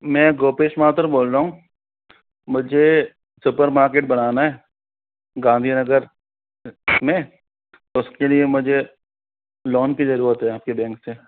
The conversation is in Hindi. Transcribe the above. मैं गोपेश माथुर बोल रहा हूँ मुझे सुपर मार्केट बनाना है गांधी नगर में उसके लिए मुझे लोन की ज़रूरत है आपके बैंक से